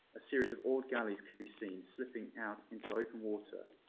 a series of oared galleys could be seen slipping out into open water,